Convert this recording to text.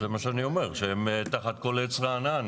זה מה שאני אומר, שתחת כל עץ רענן.